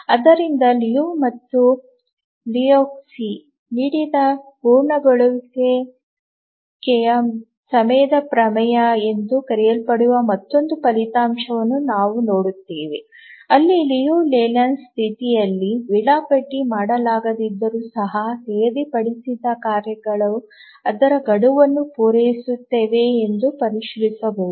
ಆದ್ದರಿಂದ ಲಿಯು ಮತ್ತು ಲೆಹೋಜ್ಕಿ ನೀಡಿದ ಪೂರ್ಣಗೊಳಿಸುವಿಕೆಯ ಸಮಯದ ಪ್ರಮೇಯ ಎಂದು ಕರೆಯಲ್ಪಡುವ ಮತ್ತೊಂದು ಫಲಿತಾಂಶವನ್ನು ನಾವು ನೋಡುತ್ತೇವೆ ಅಲ್ಲಿ ಲಿಯು ಲೇಲ್ಯಾಂಡ್ ಸ್ಥಿತಿಯಲ್ಲಿ ವೇಳಾಪಟ್ಟಿ ಮಾಡಲಾಗದಿದ್ದರೂ ಸಹ ನಿಗದಿಪಡಿಸಿದ ಕಾರ್ಯಗಳು ಅದರ ಗಡುವನ್ನು ಪೂರೈಸುತ್ತದೆಯೇ ಎಂದು ಪರಿಶೀಲಿಸಬಹುದು